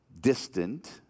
distant